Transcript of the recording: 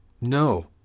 No